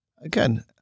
Again